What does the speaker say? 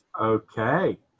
okay